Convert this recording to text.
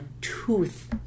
tooth